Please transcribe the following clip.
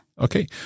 Okay